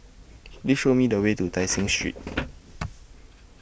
Please Show Me The Way to Tai Seng Street